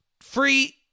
free